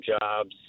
jobs